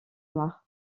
noirs